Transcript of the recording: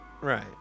right